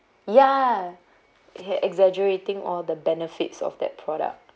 ya exaggerating all the benefits of that product